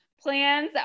plans